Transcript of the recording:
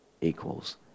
equals